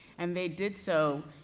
and they did so,